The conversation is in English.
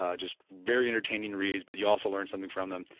ah just very entertaining reads but you also learn something from them.